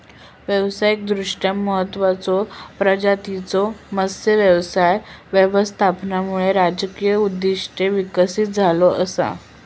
व्यावसायिकदृष्ट्या महत्त्वाचचो प्रजातींच्यो मत्स्य व्यवसाय व्यवस्थापनामध्ये राजकीय उद्दिष्टे विकसित झाला असा